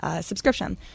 subscription